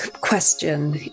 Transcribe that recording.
question